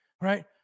right